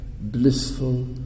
blissful